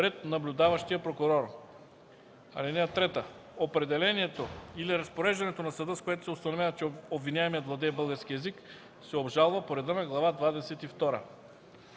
пред наблюдаващия прокурор. (3) Определението или разпореждането на съда, с което се установява, че обвиняемият владее български език, се обжалва по реда на Глава